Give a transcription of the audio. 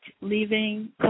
leaving